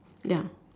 ya